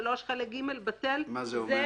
חלק ב' בטל." מה זה אמר?